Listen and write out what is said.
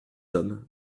hommes